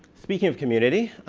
speaking of community,